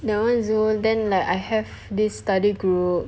that [one] zul then I have like this study group